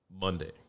Monday